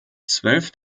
zwölf